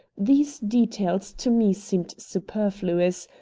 these details to me seemed superfluous,